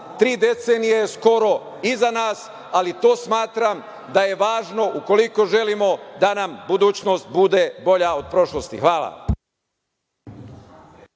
tri decenije skoro iza nas, ali to smatram da je važno ukoliko želimo da nam budućnost bude bolja od prošlosti. Hvala.